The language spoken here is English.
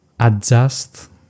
Adjust